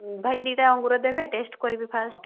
ଭାଇ ଦୁଇଟା ଅଙ୍ଗୁର ଦେବେ ଟେଷ୍ଟ କରିବି ଫାଷ୍ଟ